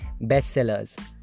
bestsellers